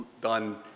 done